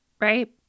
right